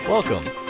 Welcome